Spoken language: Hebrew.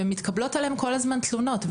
מתקבלות עליהם כל הזמן תלונות,